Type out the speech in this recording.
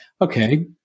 Okay